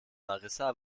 marissa